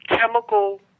chemical